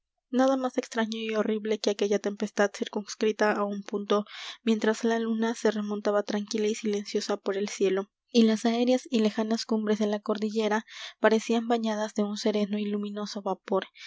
nada más extraño y horrible que aquella tempestad circunscrita á un punto mientras la luna se remontaba tranquila y silenciosa por el cielo y las aéreas y lejanas cumbres de la cordillera parecían bañadas de un sereno y luminoso vapor